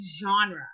genre